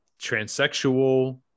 transsexual